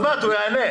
עוד מעט הוא יענה.